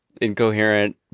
incoherent